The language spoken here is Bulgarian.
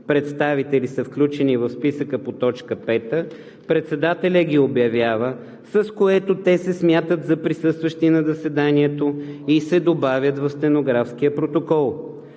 представители са включени в списъка по т. 5 председателят ги обявява, с което те се смятат за присъстващи на заседанието и се добавят в стенографския протокол.